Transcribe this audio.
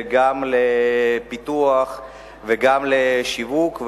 גם לפיתוח וגם לשיווק.